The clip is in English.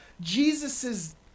Jesus's